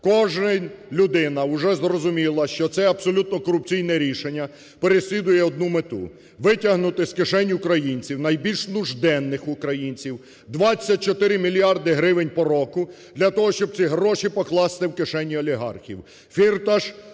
Кожна людина вже зрозуміла, що це абсолютно корупційне рішення переслідує одну мету – витягнути з кишень українців, найбільш нужденних українців, 24 мільярди гривень по року для того, щоб ці гроші покласти в кишені олігархів.